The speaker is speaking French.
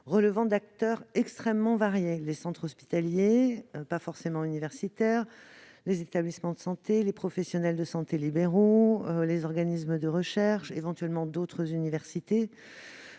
relève d'acteurs extrêmement variés : les centres hospitaliers- lesquels ne sont pas forcément universitaires -, les établissements de santé, les professionnels de santé libéraux, les organismes de recherche, éventuellement d'autres universités.